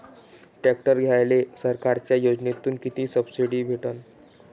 Tractor घ्यायले सरकारच्या योजनेतून किती सबसिडी भेटन?